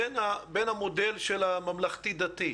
בין המודל של הממלכתי דתי,